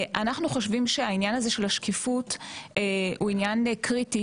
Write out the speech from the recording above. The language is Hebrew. אנחנו חושבים שהעניין הזה של השקיפות הוא עניין קריטי,